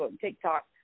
TikTok